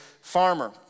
farmer